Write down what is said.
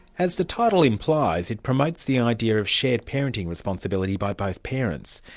as the title implies, it promotes the and idea of shared parenting responsibility by both parents,